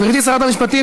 גברתי שרת המשפטים,